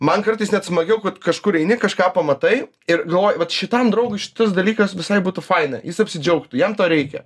man kartais net smagiau kad kažkur eini kažką pamatai ir galvoji vat šitam draugui šitas dalykas visai būtų faina jis apsidžiaugtų jam to reikia